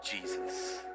Jesus